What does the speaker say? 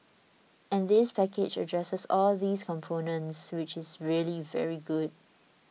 and this package addresses all those components which is really very good